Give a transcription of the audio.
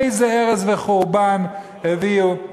איזה הרס וחורבן הביאו,